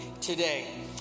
today